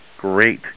Great